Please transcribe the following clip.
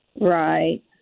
Right